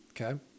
okay